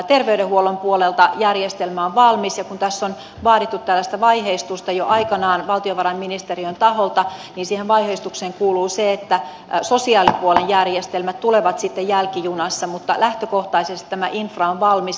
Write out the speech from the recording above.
terveydenhuollon puolelta järjestelmä on valmis ja kun tässä on vaadittu tällaista vaiheistusta jo aikanaan valtiovarainministeriön taholta niin siihen vaiheistukseen kuuluu se että sosiaalipuolen järjestelmät tulevat sitten jälkijunassa mutta lähtökohtaisesti tämä infra on valmis